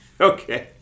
Okay